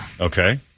Okay